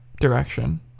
direction